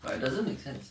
but it doesn't make sense